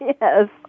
yes